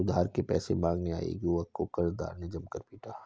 उधार के पैसे मांगने आये एक युवक को कर्जदार ने जमकर पीटा